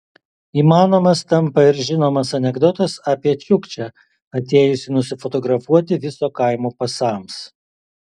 įmanomas tampa ir žinomas anekdotas apie čiukčią atėjusį nusifotografuoti viso kaimo pasams